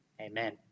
Amen